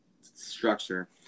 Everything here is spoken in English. structure